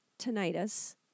tinnitus